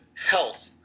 health